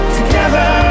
Together